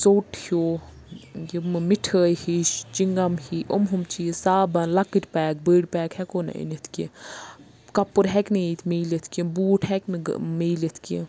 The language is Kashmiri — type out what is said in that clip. ژوٚٹ ہیوٗ یِمہٕ مِٹھٲے ہِش چِنٛگَم ہی یِم ہُم چیٖز صابَن لۄکٕٹۍ پیک بٔڑۍ پیک ہٮ۪کو نہٕ أنِتھ کیٚنہہ کَپُر ہٮ۪کہِ نہٕ ییٚتہِ میٖلِتھ کیٚنہہ بوٗٹھ ہیٚکہِ نہٕ میٖلِتھ کیٚنہہ